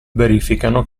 verificano